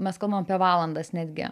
mes kalbam apie valandas netgi